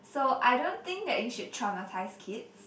so I don't think that you should traumatize kids